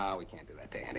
um we can't do that to and